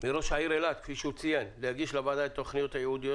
מראש העיר אילת להגיש לוועדה את התכניות הייעודיות